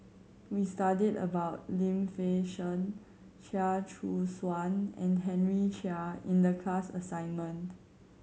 we studied about Lim Fei Shen Chia Choo Suan and Henry Chia in the class assignment